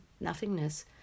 nothingness